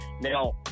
now